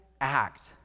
act